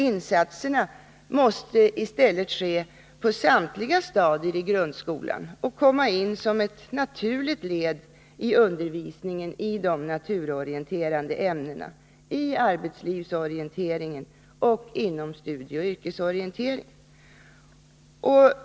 Insatserna måste i stället ske på samtliga stadier i grundskolan och komma in som ett naturligt led i undervisningen i de naturorienterande ämnena, i arbetslivsorienteringen och inom studieoch yrkesorienteringen.